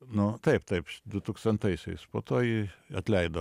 nu taip taip du tūkstantaisiais po to jį atleido